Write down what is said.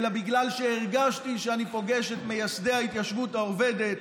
אלא בגלל שהרגשתי שאני פוגש את מייסדי ההתיישבות העובדת,